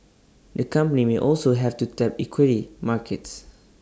the company may also have to tap equity markets